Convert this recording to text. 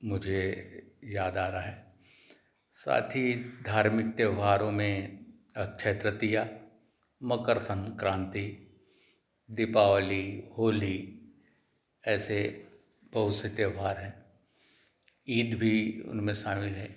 मुझे याद आ रहा है साथ ही धार्मिक त्योहारों में अक्षय तृतीया मकर संक्रांति दीपावली होली ऐसे बहुत से त्यौहार हैं ईद भी उनमें शामिल हैं